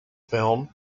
film